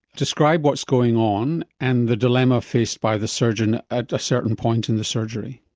describe what's going on and the dilemma faced by the surgeon at a certain point in the surgery.